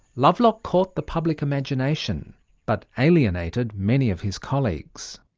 lovelock caught the public imagination but alienated many of his colleagues.